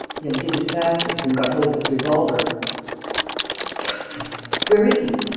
he undid his fastenings and got hold of his revolver. the scoundrel where is he?